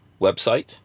website